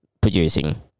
producing